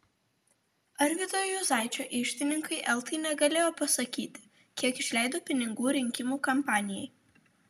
arvydo juozaičio iždininkai eltai negalėjo pasakyti kiek išleido pinigų rinkimų kampanijai